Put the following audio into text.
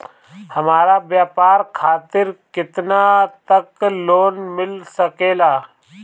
हमरा व्यापार खातिर केतना तक लोन मिल सकेला?